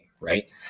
Right